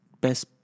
best